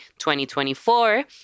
2024